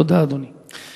תודה, אדוני.